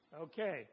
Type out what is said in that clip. Okay